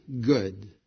good